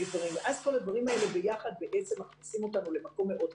דברים וכל הדברים האלה ביחד מכניסים אותנו למקום מאוד קשה.